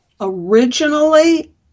Originally